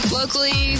locally